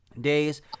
days